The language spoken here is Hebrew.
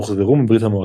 הוחזרו מברית המועצות.